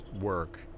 work